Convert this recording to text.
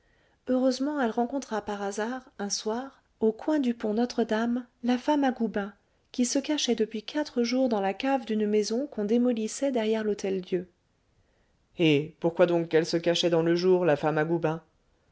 heureusement elle rencontra par hasard un soir au coin du pont notre-dame la femme à goubin qui se cachait depuis quatre jours dans la cave d'une maison qu'on démolissait derrière l'hôtel-dieu eh pourquoi donc qu'elle se cachait dans le jour la femme à goubin